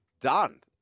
Done